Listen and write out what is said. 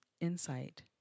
insight